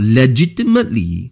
legitimately